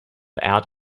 out